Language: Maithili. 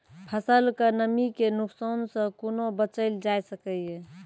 फसलक नमी के नुकसान सॅ कुना बचैल जाय सकै ये?